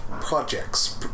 projects